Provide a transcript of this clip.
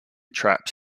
traps